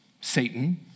Satan